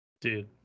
Dude